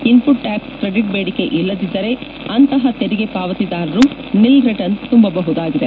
input tax credit ಬೇಡಿಕೆ ಇಲ್ಲದಿದ್ದರೆ ಅಂತಹ ತೆರಿಗೆ ಪಾವತಿದಾರರು ನಿಲ್ ರಿಟರ್ನ್ಸ್ ತುಂಬಬಹುದಾಗಿದೆ